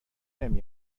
نمی